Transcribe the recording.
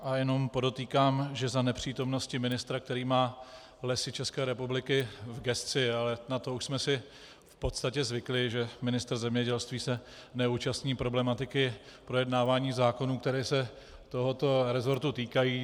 A jen podotýkám, že za nepřítomnosti ministra, který má Lesy České republiky v gesci, ale na to už jsme si v podstatě zvykli, že ministr zemědělství se neúčastní problematiky projednávání zákonů, které se tohoto resortu týkají.